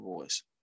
voice